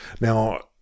now